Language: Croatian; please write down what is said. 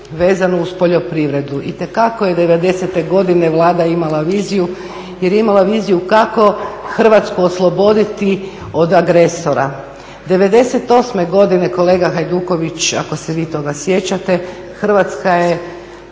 vezanu uz poljoprivredu. Itekako je '90-e godine Vlada imala viziju jer je imala viziju kako Hrvatsku osloboditi od agresora. '98. godine kolega Hajduković ako se vi toga sjećate Hrvatska je